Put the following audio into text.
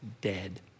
dead